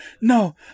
No